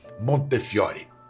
Montefiore